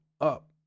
up